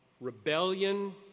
rebellion